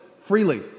freely